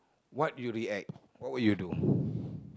what you react what would you do